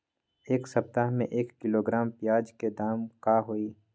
एक सप्ताह में एक किलोग्राम प्याज के दाम का होई?